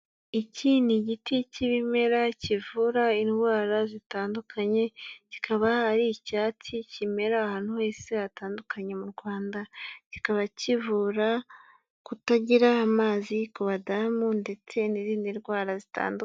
Iki ni igiti cy'ibimera kivura indwara zitandukanye, kikaba ari icyatsi kimera ahantu hose hatandukanye mu Rwanda, kikaba kivura kutagira amazi ku badamu ndetse n'izindi ndwara zitandukanye.